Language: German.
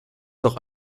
doch